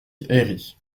herri